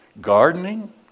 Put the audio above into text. gardening